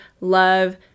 love